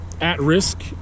at-risk